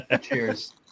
Cheers